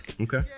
Okay